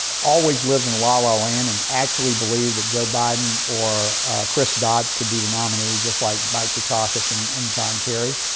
always lives in la la land and actually believed that joe biden or chris dodd could be the nominee, just like mike dukakis and and john kerry,